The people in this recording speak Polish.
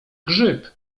grzyb